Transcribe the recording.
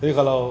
that's why